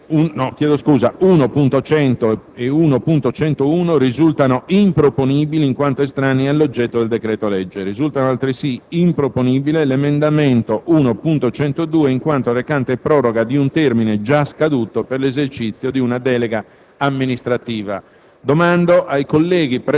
x1.100 e x1.101 risultano improponibili in quanto estranei all'oggetto del decreto-legge. Risulta altresì improponibile l'emendamento x1.102, in quanto recante proroga di un termine già scaduto per l'esercizio di una delega